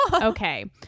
okay